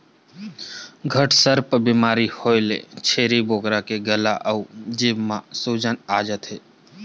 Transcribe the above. घटसर्प बेमारी होए ले छेरी बोकरा के गला अउ जीभ म सूजन आ जाथे